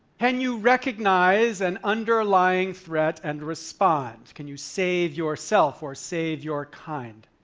can you recognize an underlying threat and respond? can you save yourself or save your kind?